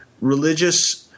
religious –